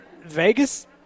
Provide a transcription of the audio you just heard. Vegas